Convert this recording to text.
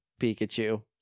Pikachu